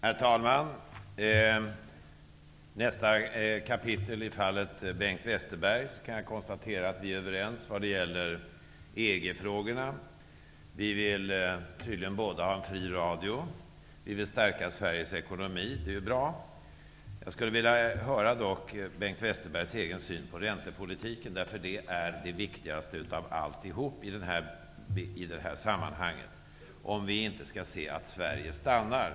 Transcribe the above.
Herr talman! I nästa kapitel i fallet Bengt Westerberg kan jag konstatera att vi är överens vad gäller EG-frågorna, att vi tydligen båda vill ha en fri radio och att vi vill stärka Sveriges ekonomi. Det är ju bra. Jag skulle dock vilja höra Bengt Westerbergs egen syn på räntepolitiken, för den är det viktigaste av alltihop i det här sammanhanget, om vi inte skall få se att Sverige stannar.